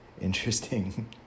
interesting